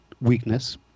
weakness